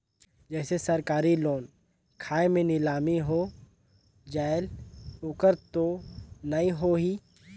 जैसे सरकारी लोन खाय मे नीलामी हो जायेल ओकर तो नइ होही?